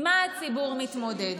עם מה שהציבור מתמודד.